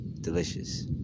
delicious